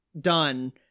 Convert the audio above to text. done